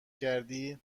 کردی